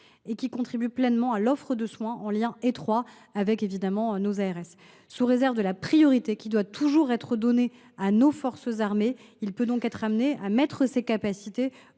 et contribuent pleinement à l’offre de soins, en lien étroit avec les ARS. Sous réserve de la priorité qui doit toujours être donnée à nos forces armées, le SSA peut être amené à mettre ses capacités